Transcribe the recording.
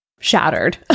shattered